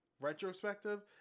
retrospective